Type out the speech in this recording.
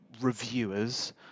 reviewers